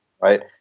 Right